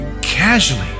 casually